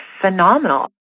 phenomenal